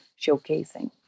showcasing